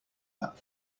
that